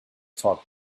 talk